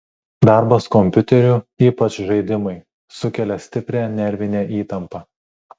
darbas kompiuteriu ypač žaidimai sukelia stiprią nervinę įtampą